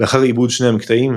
לאחר עיבוד שני המקטעים,